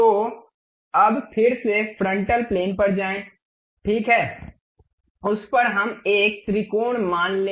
तो अब फिर से फ्रंटल प्लेन पर जाएं ठीक है उस पर हम एक त्रिकोण मान ले